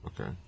Okay